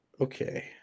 Okay